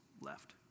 left